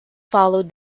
followed